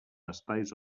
espais